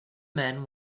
men